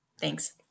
Thanks